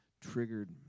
triggered